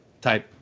type